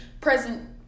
present